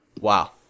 Wow